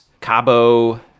Cabo